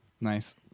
Nice